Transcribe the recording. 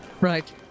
Right